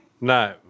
No